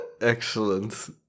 Excellent